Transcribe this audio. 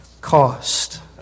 cost